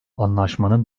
anlaşmanın